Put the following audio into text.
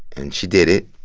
and she did it.